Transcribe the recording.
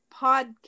PODCAST